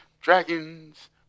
dragons